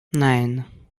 nine